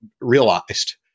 realized